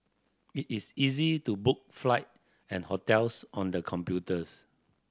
it is easy to book flight and hotels on the computers